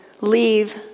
leave